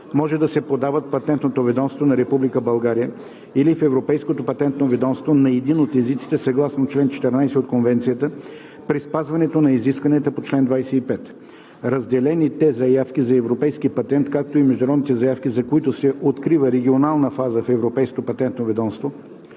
може да се подават в Патентното ведомство на Република България или в Европейското патентно ведомство на един от езиците съгласно чл. 14 от конвенцията при спазването на изискванията на чл. 25. Разделените заявки за европейски патент, както и международните заявки, за които се открива регионална фаза в Европейското патентно ведомство,